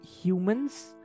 humans